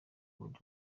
buryo